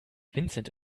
vincent